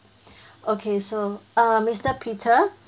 okay so err mister peter